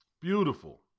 Beautiful